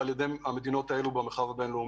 שלהם.